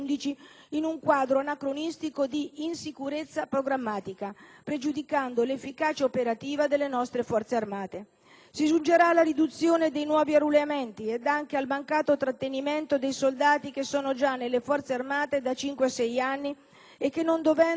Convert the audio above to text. in un quadro anacronistico di insicurezza programmatica, pregiudicando l'efficienza operativa delle nostre Forze armate. Si giungerà alla riduzione dei nuovi arruolamenti ed anche al mancato trattenimento dei soldati che sono già nelle Forze armate da cinque o sei anni e che non dovrebbero